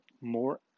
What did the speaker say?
more